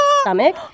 stomach